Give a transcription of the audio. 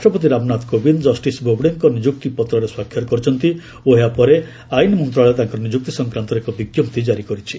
ରାଷ୍ଟ୍ରପତି ରାମନାଥ କୋବିନ୍ଦ ଜଷ୍ଟିସ୍ ବୋବଡେଙ୍କ ନିଯୁକ୍ତିପତ୍ରରେ ସ୍ୱାକ୍ଷର କରିଛନ୍ତି ଓ ଏହା ପରେ ଆଇନ୍ ମନ୍ତ୍ରଣାଳୟ ତାଙ୍କର ନିଯୁକ୍ତି ସଂକ୍ରାନ୍ତରେ ଏକ ବିଜ୍ଞପ୍ତି କାରି କରିଛି